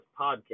podcast